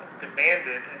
demanded